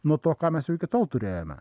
nuo to ką mes jau iki tol turėjome